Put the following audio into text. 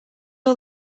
all